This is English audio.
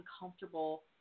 uncomfortable